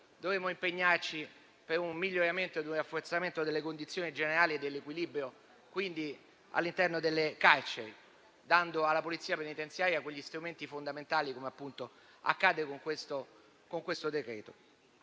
dovremmo impegnarci per un miglioramento e un rafforzamento delle condizioni generali e dell'equilibrio all'interno delle carceri, dando alla Polizia penitenziaria degli strumenti fondamentali, come appunto accade con questo decreto.